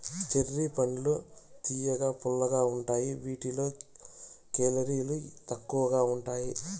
cherry పండ్లు తియ్యగా, పుల్లగా ఉంటాయి వీటిలో కేలరీలు తక్కువగా ఉంటాయి